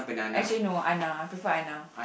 I say no Anna I prefer Anna